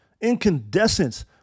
incandescent